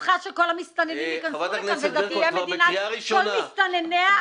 מבחינתך שכל המסתננים ייכנסו לכאן וזאת תהיה מדינת כל מסתנניה,